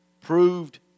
proved